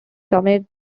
dominate